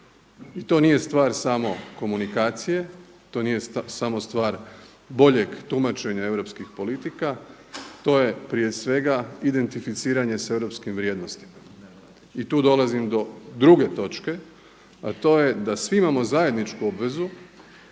I to nije stvar samo komunikacije, to nije samo stvar boljeg tumačenja europskih politika. To je prije svega identificiranje sa europskim vrijednostima i tu dolazim do druge točke, a to je da svi imamo zajedničku obvezu